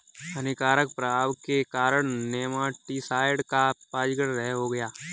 हानिकारक प्रभाव के कारण नेमाटीसाइड का पंजीकरण रद्द हो गया